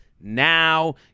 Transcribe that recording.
now